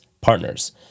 Partners